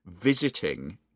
visiting